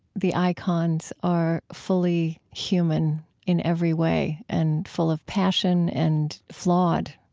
the icons, are fully human in every way and full of passion and flawed.